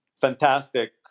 Fantastic